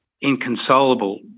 inconsolable